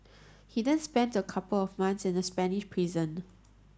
he then spent a couple of months in a Spanish prison